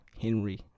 Henry